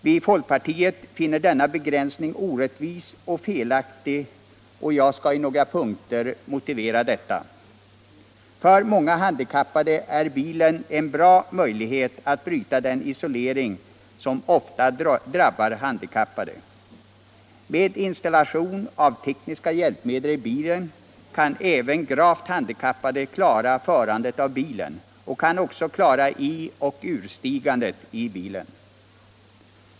Vi i folkpartiet finner denna begränsning orättvis och felaktig, och jag skall i några punkter motivera detta. För många handikappade är bilen en bra möjlighet att bryta den isolering som ofta drabbar handikappade. Med installation av tekniska hjälpmedel i bilen kan även gravt handikappade klara både förandet av bilen och ioch urstigandet.